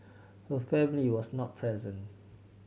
her family was not present